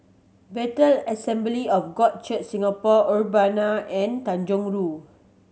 Bethel Assembly of God Church Singapore Urbana and Tanjong Rhu